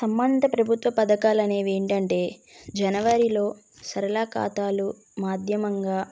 సంబంధ ప్రభుత్వ పథకాలనేవి ఏంటంటే జనవరిలో సరళ ఖాతాలు మాధ్యమంగా